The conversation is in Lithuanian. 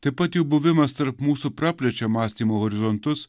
taip pat jo buvimas tarp mūsų praplečia mąstymo horizontus